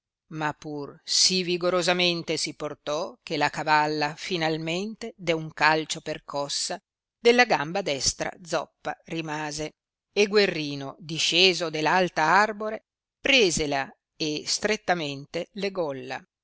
ma pur sì vigorosamente si portò che la cavalla finalmente de un calcio percossa della gamba destra zoppa rimase e guerrino disceso de l alta arbore presela e strettamente legolla